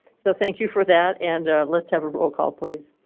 so thank you for that, and let's have a roll call please.